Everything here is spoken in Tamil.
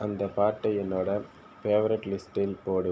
அந்தப் பாட்டை என்னோட ஃபேவரைட் லிஸ்ட்டில் போடு